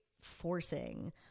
forcing